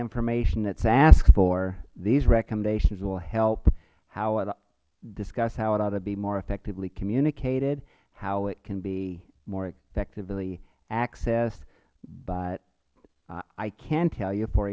information that is asked for these recommendations will help discuss how it ought to be more effectively communicated how it can be more effectively accessed i can tell you for